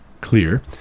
clear